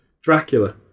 Dracula